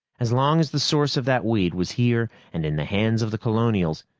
as long as the source of that weed was here, and in the hands of the colonials,